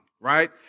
right